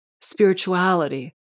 spirituality